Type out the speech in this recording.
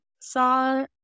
saw